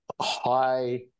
high